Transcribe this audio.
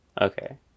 Okay